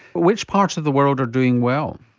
which parts of the world are doing well?